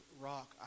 rock